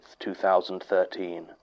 2013